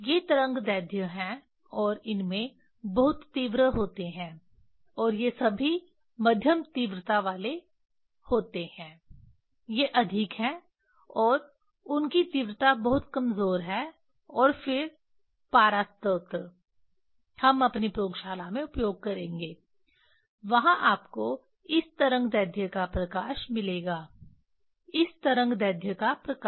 ये तरंगदैर्ध्य हैं और इनमें बहुत तीव्र होते हैं और ये सभी मध्यम तीव्रता वाले होते हैं ये अधिक हैं और उनकी तीव्रता बहुत कमजोर है और फिर पारा स्रोत हम अपनी प्रयोगशाला में उपयोग करेंगे वहां आपको इस तरंगदैर्ध्य का प्रकाश मिलेगा इस तरंगदैर्ध्य का प्रकाश